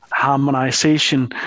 harmonization